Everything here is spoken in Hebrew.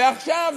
ועכשיו,